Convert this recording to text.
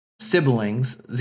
siblings